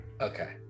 Okay